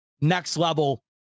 next-level